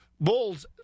bulls